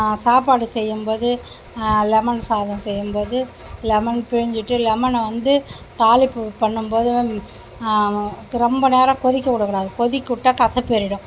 சாப்பாடு செய்யும்போது லெமன் சாதம் செய்யும்போது லெமன் பிழிஞ்சிவிட்டு லெமனை வந்து தாளிப்பு பண்ணும்போது ரொம்ப நேரம் கொதிக்க விடக்கூடாது கொதிக்க விட்டா கசப்பு ஏறிவிடும்